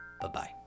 Bye-bye